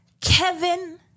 Kevin